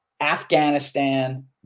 afghanistan